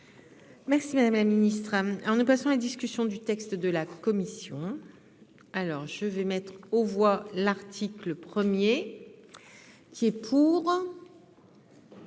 Merci madame la ministre, alors nous passons la discussion du texte de la commission, alors je vais mettre aux voix l'article 1er qui est pour.